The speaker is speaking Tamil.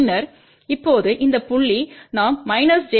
பின்னர் இப்போது இந்த புள்ளி நாம் j 1